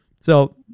So-